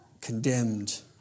condemned